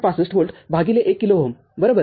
६५ volt भागिले १ kilo ओहमबरोबर